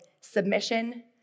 Submission